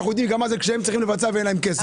אנחנו יודעים גם מה זה כשהם צריכים לבצע ואין להם כסף.